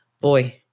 boy